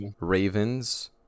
Ravens